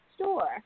store